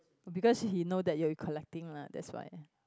because she he know that you are collecting lah that's why